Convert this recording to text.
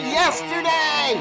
yesterday